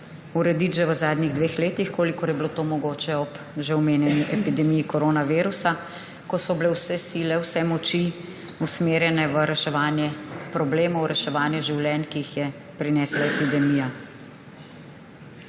urediti že v zadnjih dveh letih, kolikor je bilo to mogoče ob že omenjeni epidemiji koronavirusa, ko so bile vse sile, vse moči usmerjene v reševanje problemov, v reševanje življenj, kar je prinesla epidemija.